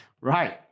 right